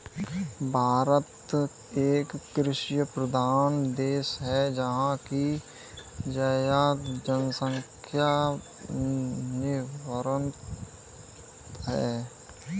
भारत एक कृषि प्रधान देश है यहाँ की ज़्यादातर जनसंख्या निर्भर है